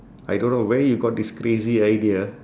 I don't know where you got this crazy idea